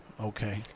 Okay